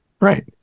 right